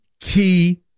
key